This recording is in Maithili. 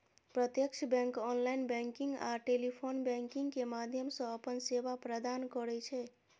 प्रत्यक्ष बैंक ऑनलाइन बैंकिंग आ टेलीफोन बैंकिंग के माध्यम सं अपन सेवा प्रदान करै छै